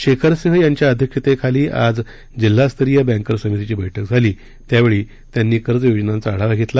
शेखर सिंह यांच्या अध्यक्षतेखाली आज जिल्हास्तरीय बँकर्स समितीची बैठक झाली त्यावेळी त्यांनी कर्ज योजनांचा आढावा घेतला